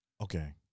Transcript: Okay